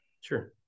Sure